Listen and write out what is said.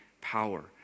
power